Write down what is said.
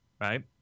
Right